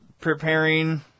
preparing